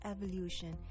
Evolution